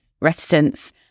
reticence